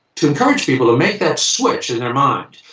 to encourage people to make that switch in their mind.